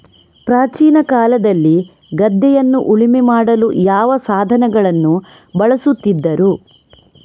ಪ್ರಾಚೀನ ಕಾಲದಲ್ಲಿ ಗದ್ದೆಯನ್ನು ಉಳುಮೆ ಮಾಡಲು ಯಾವ ಸಾಧನಗಳನ್ನು ಬಳಸುತ್ತಿದ್ದರು?